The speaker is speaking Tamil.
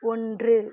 ஒன்று